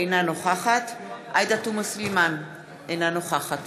אינה נוכחת עאידה תומא סלימאן, אינה נוכחת